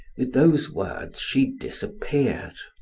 with those words she disappeared.